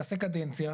תעשה קדנציה,